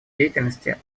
деятельности